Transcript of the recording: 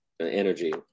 energy